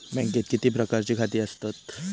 बँकेत किती प्रकारची खाती असतत?